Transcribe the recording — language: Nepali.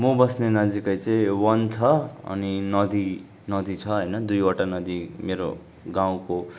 म बस्ने नजिकै चाहिँ वन छ अनि नदी नदी छ होइन दुईवटा नदी मेरो गाउँको